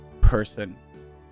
person